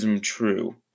true